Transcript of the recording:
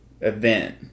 event